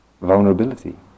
vulnerability